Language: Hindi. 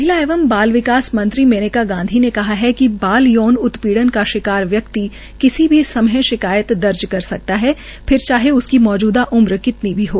महिला एवं बाल विकास मंत्री मेनका गांधी ने कहा है कि बाल यौन उत्पीड़न का शिकार व्यक्ति किसी भी समय शिकायत दर्ज करा सकता है फिर चाहे उसकी मौजूदा उम्र कितनी भी हो